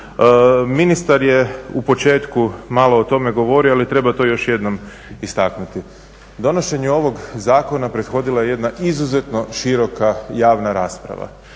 Ministar je u početku malo o tome govorio, ali treba to još jednom istaknuti. Donošenju ovog zakona prethodila je jedna izuzetno široka javna rasprava.